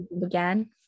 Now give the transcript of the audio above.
began